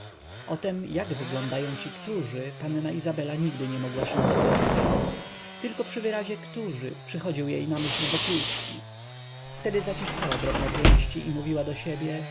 o tem jak wyglądają ci którzy panna izabela nigdy nie mogła się dowiedzieć tylko przy wyrazie którzy przychodził jej na myśl wokulski wtedy zaciskała drobne pięści i mówiła do siebie